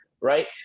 right